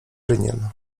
rynien